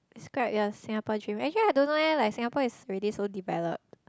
describe your Singapore dream actually I don't know eh like Singapore is already so developed